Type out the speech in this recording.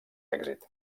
èxit